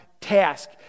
task